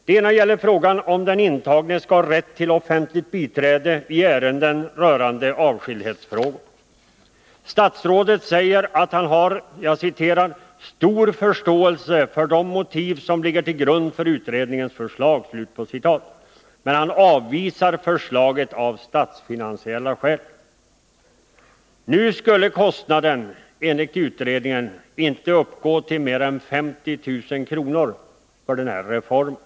Det ena gäller frågan om den intagne skall ha rätt till offentligt biträde i ärenden rörande avskildhetsfrågor. Statsrådet säger att han har ”stor förståelse för de motiv som ligger till grund för utredningens förslag”, men han avvisar förslaget av statsfinansiella skäl. Nu skulle kostnaden, enligt utredningen, inte uppgå till mer än 50 000 kr. för en sådan reformering.